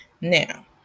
Now